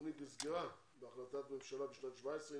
התוכנית נסגרה בהחלטת ממשלה בשנת 17',